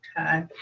okay